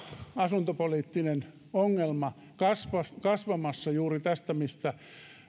asuntopoliittinen ongelma kasvamassa kasvamassa juuri tästä mitä